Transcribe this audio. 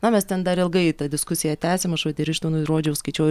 na mes ten dar ilgai tą diskusiją tęsėm aš vat ir ištvanui rodžiau skaičiau